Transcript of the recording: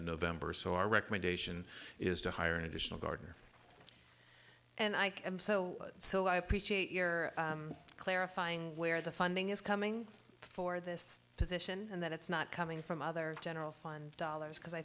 of november so our recommendation is to hire an additional gardener and i am so so i appreciate your clarifying where the funding is coming for this position and that it's not coming from other general fund dollars because i